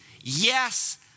Yes